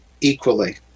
equally